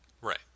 Right